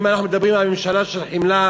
אם אנחנו מדברים על ממשלה של חמלה,